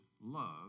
love